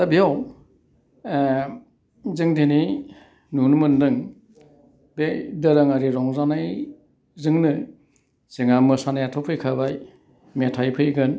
दा बेव जों दिनै नुनो मोन्दों बे दोरोङारि रंजानायजोंनो जोङा मोसानायाथ' फैखाबाय मेथाइ फैगोन